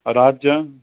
अ राति जा